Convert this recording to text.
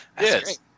Yes